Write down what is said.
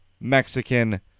Mexican